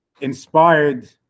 inspired